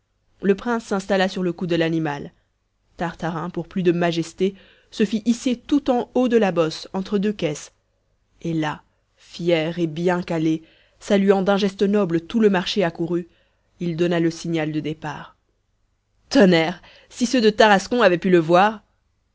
le prince s'installa sur le cou de l'animal tartarin pour plus de majesté se fit hisser tout en haut de la bosse entre deux caisses et là fier et bien calé saluant d'un geste noble tout le marché accouru il donna le signal du départ tonnerre si ceux de tarascon avaient pu le voir